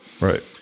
Right